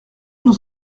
nous